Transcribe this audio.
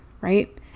right